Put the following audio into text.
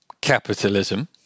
capitalism